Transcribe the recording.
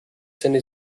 seine